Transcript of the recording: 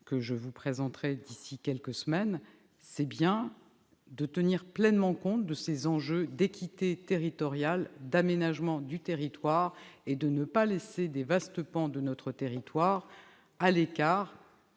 que je présenterai d'ici à quelques semaines est bien de tenir pleinement compte de ces enjeux d'équité territoriale et d'aménagement du territoire. Nous ne voulons pas laisser de vastes pans de notre pays à l'écart